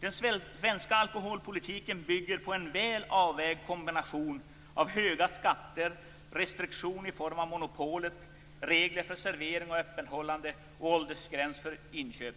Den svenska alkoholpolitiken bygger på en väl avvägd kombination av höga skatter, restriktioner i form av monopolet, regler för servering och öppethållande och åldersgräns för inköp.